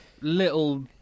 Little